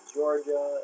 Georgia